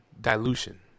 dilution